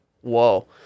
Whoa